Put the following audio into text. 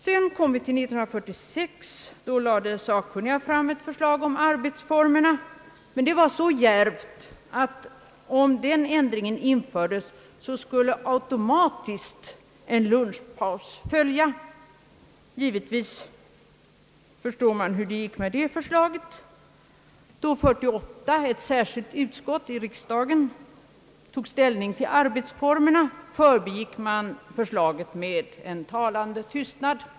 År 1946 lade de sakkunniga fram ett förslag om arbetsformerna, som var så djärvt att om den ändringen infördes skulle automatiskt en lunchpaus följa. Givetvis förstår man hur det gick med det förslaget. År 1948, när ett särskilt utskott tog ställning till riksdagens arbetsformer, förbigick man också förslaget med en talande tystnad.